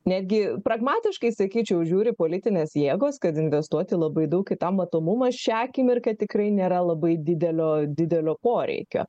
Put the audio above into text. netgi pragmatiškai sakyčiau žiūri politinės jėgos kad investuoti labai daug į tą matomumą šią akimirką tikrai nėra labai didelio didelio poreikio